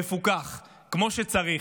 מפוקח כמו שצריך,